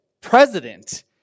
president